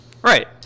right